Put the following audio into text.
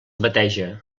bateja